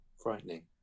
frightening